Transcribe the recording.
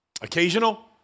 Occasional